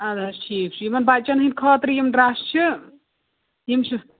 اَدٕ حظ ٹھیٖک چھُ یِمَن بَچَن ہٕنٛدِ خٲطرِ یِم ڈرٛس چھِ یِم چھِ